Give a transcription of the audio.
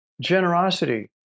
generosity